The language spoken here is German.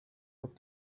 auf